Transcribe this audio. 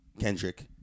Kendrick